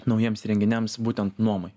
naujiems renginiams būtent nuomai